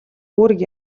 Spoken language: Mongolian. үүрэг